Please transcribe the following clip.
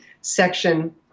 section